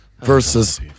versus